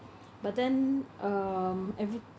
but then um everyt~